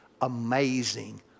amazing